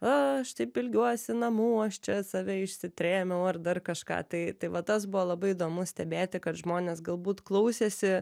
aš taip ilgiuosi namų aš čia save išsitrėmiau ar dar kažką tai tai va tas buvo labai įdomu stebėti kad žmonės galbūt klausėsi